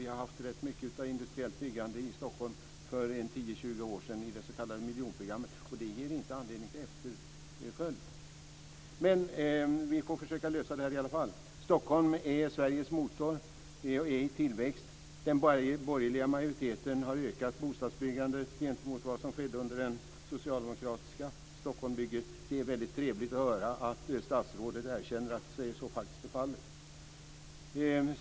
Vi hade ju rätt mycket av industriellt byggande i Stockholm för tio-tjugo år sedan i det s.k. miljonprogrammet och det ger inte anledning till efterföljd. Men vi får väl försöka lösa det här i alla fall. Stockholm är Sveriges motor och är i tillväxt. Den borgerliga majoriteten har ökat bostadsbyggandet jämfört med vad som skedde under socialdemokraterna. Stockholm bygger alltså och det är väldigt trevligt att höra statsrådet erkänna att så är fallet.